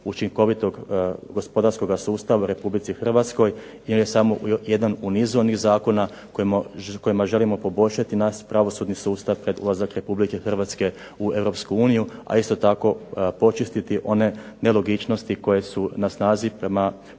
učinkovitog gospodarskog sustav u Republici Hrvatskoj i ne samo jedan u nizu zakona kojima želimo poboljšati naš pravosudni sustav pred ulazak Republike Hrvatske u Europsku uniju, a isto tako počistiti one nelogičnosti koje su na snazi prema